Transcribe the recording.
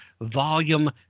volume